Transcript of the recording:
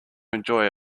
enjoy